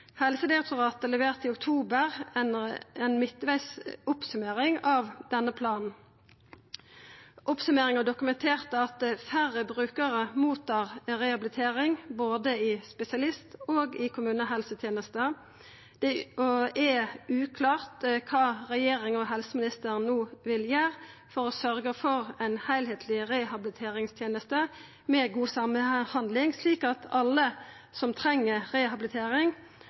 Helsedirektoratet leverte i oktober ei midtvegs oppsummering av denne planen. Oppsummeringa dokumenterte at færre brukarar får rehabilitering, både i spesialisthelsetenesta og i kommunehelsetenesta. Det er uklart kva regjeringa og helseministeren no vil gjera for å sørgja for ei heilskapleg rehabiliteringsteneste med god samhandling, slik at alle som treng rehabilitering,